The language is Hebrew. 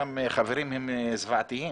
איך אפשר באמת להבטיח שיש את השירותים הנדרשים.